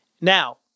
Now